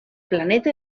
planeta